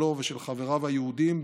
שלו ושל חבריו היהודים,